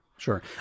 Sure